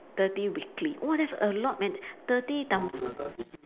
thirty weekly !wah! that's a lot man thirty times